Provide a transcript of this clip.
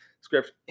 script